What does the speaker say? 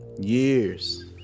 Years